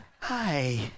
Hi